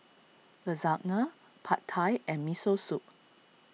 Lasagna Pad Thai and Miso Soup